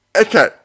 Okay